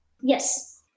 Yes